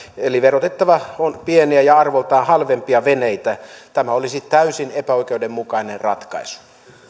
eli verotettavat ovat pieniä ja arvoltaan halvempia veneitä tämä olisi täysin epäoikeudenmukainen ratkaisu